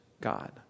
God